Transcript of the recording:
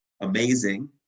amazing